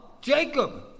Jacob